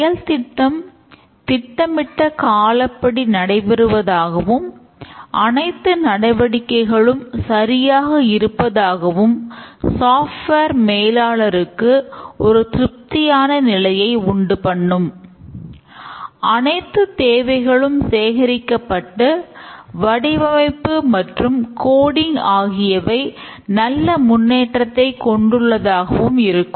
செயல்திட்டம் திட்டமிட்ட காலப்படி நடைபெறுவதாகவும் அனைத்து நடவடிக்கைகளும் சரியாக இருப்பதாகவும் சாப்ட்வேர் உருவாக்கப்பட்டிருக்கும்